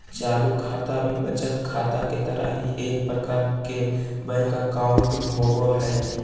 चालू खाता भी बचत खाता के तरह ही एक प्रकार के बैंक अकाउंट होबो हइ